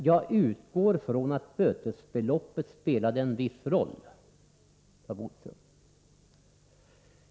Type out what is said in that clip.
”Jag utgår från att bötesbeloppet spelade en viss roll”, sade Bodström.